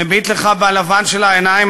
מביט לך בלבן של העיניים,